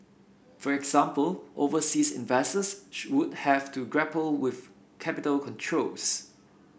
for example overseas investors should would have to grapple with capital controls